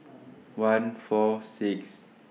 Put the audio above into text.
one four six